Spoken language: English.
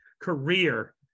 career